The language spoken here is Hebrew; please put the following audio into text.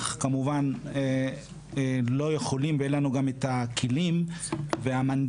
אך כמובן לא יכולים ואין לנו גם את הכלים והמנדט